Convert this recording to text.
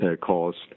caused